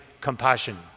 compassion